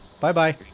Bye-bye